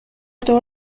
دور